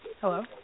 Hello